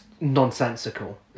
nonsensical